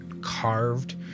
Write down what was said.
carved